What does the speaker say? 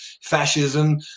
fascism